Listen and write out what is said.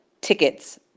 tickets